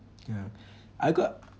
ya I got